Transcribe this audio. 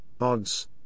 odds